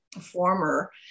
former